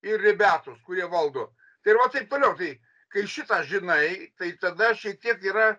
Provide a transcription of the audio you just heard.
ir ribiatos kurie valdo tai va taip toliau tai kai šitą žinai tai tada šiek tiek yra